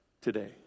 today